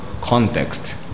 context